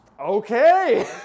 okay